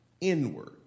inward